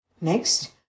Next